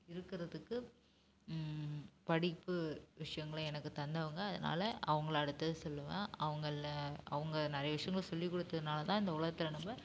இருக்குறதுக்கு படிப்பு விஷயங்களை எனக்கு தந்தவங்க அதனால் அவங்கள அடுத்து சொல்லுவேன் அவங்கள்ல அவங்க நிறைய விஷயங்களை சொல்லிகொடுத்ததுனாலதான் இந்த உலகத்தில் நம்ம